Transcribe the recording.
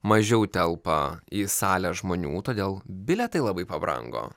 mažiau telpa į salę žmonių todėl bilietai labai pabrango